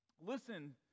Listen